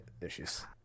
issues